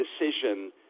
decision